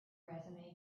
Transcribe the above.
resume